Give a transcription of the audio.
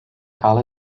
cael